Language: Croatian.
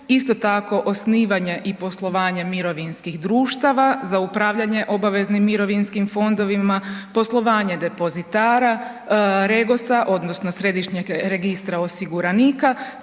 isto tako osnivanje i poslovanje mirovinskih društava za upravljanje obaveznim mirovinskim fondovima, poslovanje depozitara REGOS-a odnosno Središnjeg registra osiguranika